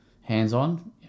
hands-on